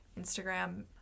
Instagram